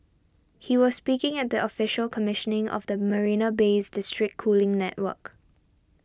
he was speaking at the official commissioning of the Marina Bay's district cooling network